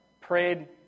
prayed